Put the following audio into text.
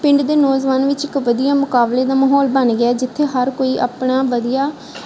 ਪਿੰਡ ਦੇ ਨੌਜਵਾਨਾਂ ਵਿੱਚ ਇੱਕ ਵਧੀਆ ਮੁਕਾਬਲੇ ਦਾ ਮਾਹੌਲ ਬਣ ਗਿਆ ਜਿੱਥੇ ਹਰ ਕੋਈ ਆਪਣਾ ਵਧੀਆ